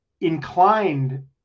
inclined